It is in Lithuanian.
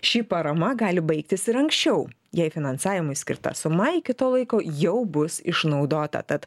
ši parama gali baigtis ir anksčiau jei finansavimui skirta suma iki to laiko jau bus išnaudota tad